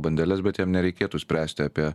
bandeles bet jam nereikėtų spręsti apie